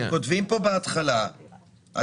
אתם כותבים פה בהתחלה במצגת,